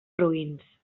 roïns